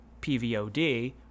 PVOD